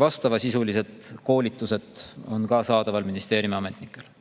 Vastavasisulised koolitused on ministeeriumi ametnikele